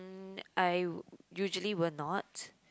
mm I usually will not